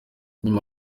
nyuma